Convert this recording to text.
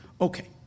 Okay